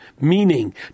Meaning